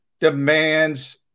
demands